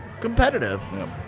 competitive